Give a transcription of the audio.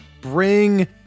Bring